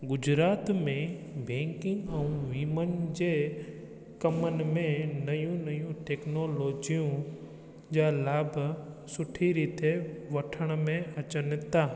गुजरात में बैंकिंग ऐं वीमनि जे कमनि में नयूं नयूं टेक्नोलॉजियूं जा लाभ सुठी रीति वठण में अचनि था